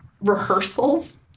rehearsals